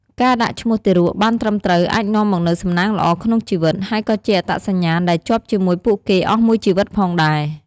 ការដាក់ឈ្មោះទារកបានត្រឹមត្រូវ អាចនាំមកនូវសំណាងល្អក្នុងជីវិត ហើយក៏ជាអត្តសញ្ញាណដែលជាប់ជាមួយពួកគេអស់មួយជីវិតផងដែរ។